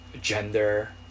gender